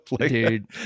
dude